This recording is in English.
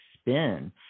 spin